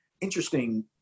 interesting